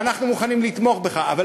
ואנחנו מוכנים לתמוך בכך, תודה.